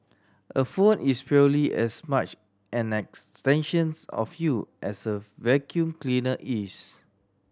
a phone is purely as much an extensions of you as a vacuum cleaner is